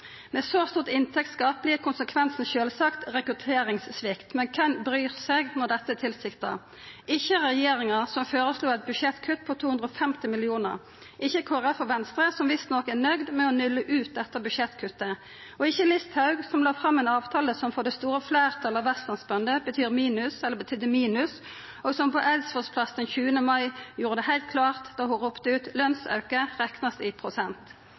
Med så stort inntektsgap vert konsekvensen sjølvsagt rekrutteringssvikt. Men kven bryr seg når dette er tilsikta? Ikkje regjeringa, som føreslo eit budsjettkutt på 250 mill. kr, ikkje Kristeleg Folkeparti og Venstre, som visst nok er nøgde med å nulla ut dette budsjettkuttet, og ikkje Listhaug, som la fram ein avtale som for det store fleirtalet av vestlandsbønder betydde minus. Det gjorde ho heilt klart då ho på Eidsvolls plass den 20. mai ropte ut: Lønsauke skal reknast i prosent.